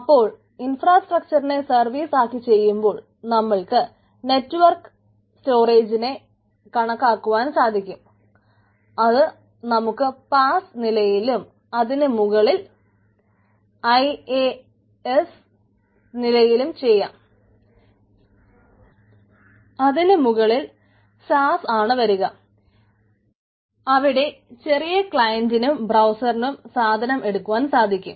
അപ്പോൾ ഇൻഫ്രാസ്ട്രക്ച്ചറിനെ സർവീസ് ആക്കി ചെയ്യുമ്പോൾ നമ്മക്ക് നെറ്റ്വർക്ക് സ്റ്റോറേജിനെ കണക്കുകൂട്ടുവാൻ സാധിക്കും